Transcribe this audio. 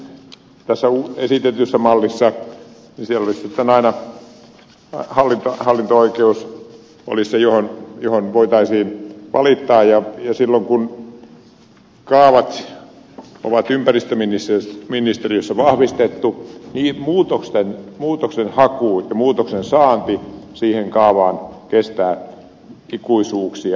nyt tässä esitetyssä mallissa siellä olisi sitten aina hallinto oikeus se taho johon voitaisiin valittaa ja silloin kun kaavat on ympäristöministeriössä vahvistettu niin muutoksenhaku ja muutoksen saanti siihen kaavaan kestää ikuisuuksia